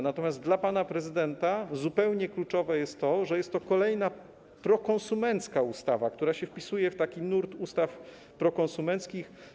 Natomiast dla pana prezydenta zupełnie kluczowe jest to, że jest to kolejna prokonsumencka ustawa, która wpisuje się w taki nurt ustaw prokonsumenckich.